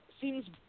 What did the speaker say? seems